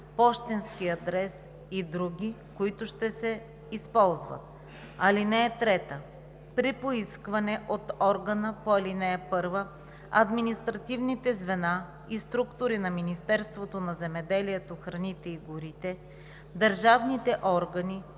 пощенски адрес и други, които ще се използват. (3) При поискване от органа по ал. 1 административните звена и структури на Министерството на земеделието, храните и горите, държавните органи